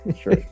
Sure